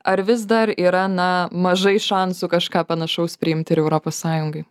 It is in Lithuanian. ar vis dar yra na mažai šansų kažką panašaus priimt ir europos sąjungai